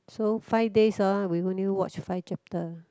so five days uh we only watch five chapter